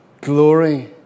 glory